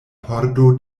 pordo